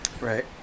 Right